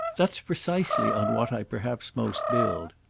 that's precisely on what i perhaps most build.